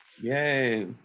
Yay